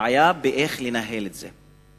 הבעיה היא איך לנהל את זה,